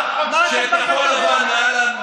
לבן.